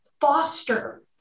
foster